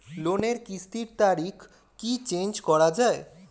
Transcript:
লোনের কিস্তির তারিখ কি চেঞ্জ করা যায়?